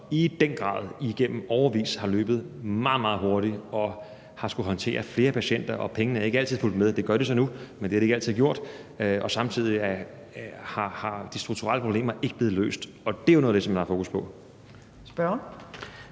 i den grad har løbet meget, meget hurtigt og har skullet håndtere flere patienter, og pengene er ikke altid fulgt med. Det gør de så nu, men det har de ikke altid gjort. Samtidig er de strukturelle problemer ikke blevet løst, og det er jo noget af det, som der er fokus på.